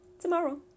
tomorrow